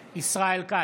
כץ,